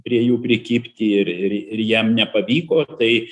prie jų prikibti ir ir ir jam nepavyko tai